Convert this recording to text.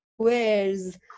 squares